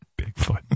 Bigfoot